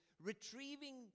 retrieving